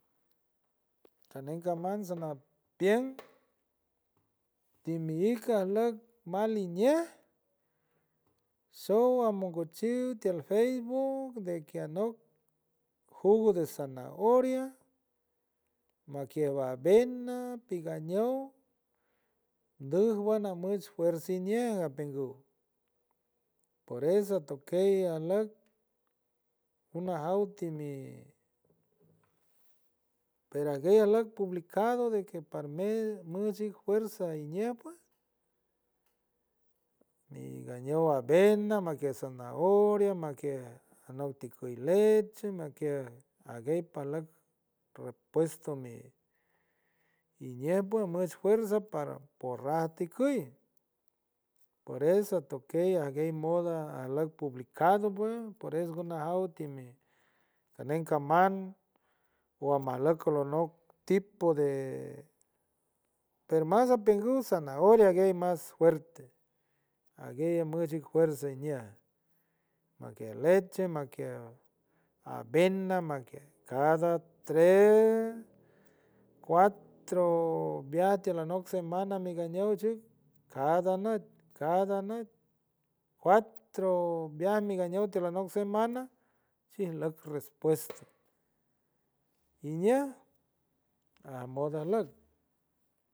Caney cambants samapient ti mi ivajlut maliñiej sow a amocuchuch tiel facebook diki anock jugo de zanahoria makiek avena pigañow nduj wa na much fuerzi iñiej apengu por eso toque y aluck umajauw ti mi pero aguey alek publicado de que pal mis music fuerza iñiej pue pigañow, avena makiek aguey zanahoria makiek nduj ti kuy leche makiek aguey palak repuesto mi guiñie pue amos fuerza para parrati cuy por eso tokey aguey moda alock publicado pue por eso naj now timi aneck caman wua majla cumalow con tipo de pero más apienguy zanahoria guey más fuerte aguey amos si fuerza ña makiek leche makiek avena makiek cada tres, cuatro viatilanow semana mi ganow chuck cada nuty, cada nuty cuatro viajmiganuw semana si lok respuesta guiñe amodas look.